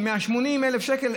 120,000 שקל,